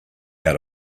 out